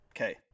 okay